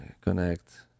Connect